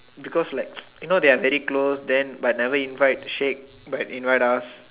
because like you know they are very close then but never invite Sheikh but invite us